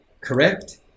correct